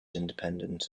independent